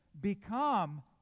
become